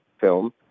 film